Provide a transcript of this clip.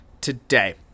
today